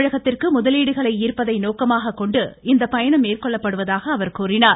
தமிழகத்திற்கு முதலீடுகளை சர்ப்பதை நோக்கமாக கொண்டு இந்த பயணம் மேற்கொள்ளப்படுவதாக அவர் கூறினார்